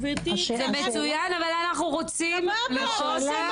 --- מצוין, אבל אנחנו רוצים לראות איוש.